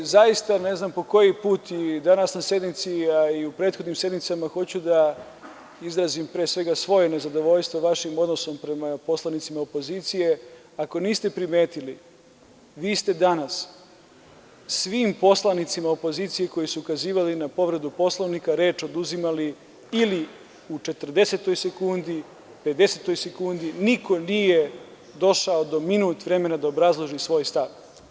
Zaista ne znam po koji put danas na sednici, a i u prethodnim sednicama hoću da izrazim, pre svega svoje nezadovoljstvo vašim odnosom prema poslanicima opozicije, ako niste primetili vi ste danas svim poslanicima opozicije koji su ukazivali na povredu Poslovnika reč oduzimali, ili u 40, 50 sekundi, niko nije došao do minut vremena da obrazloži svoj stav.